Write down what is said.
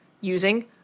using